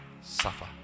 suffer